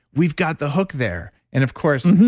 we've got the hook there. and of course,